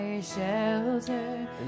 shelter